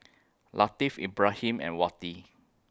Latif Ibrahim and Wati